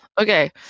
Okay